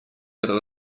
этого